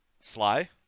Sly